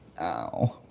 Ow